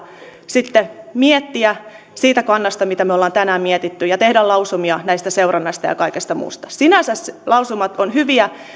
sitten miettiä siitä kannasta kuin olemme tänään miettineet ja tehdä lausumia seurannasta ja kaikesta muusta sinänsä lausumat ovat hyviä